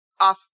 off